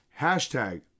Hashtag